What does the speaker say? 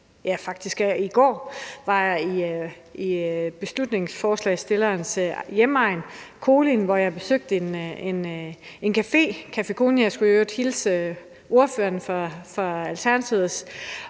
i går, var jeg i forslagsstillerens hjemegn, Kolind, hvor jeg besøgte en café, Kafé Kolind. Jeg skulle i øvrigt hilse ordføreren for Alternativet.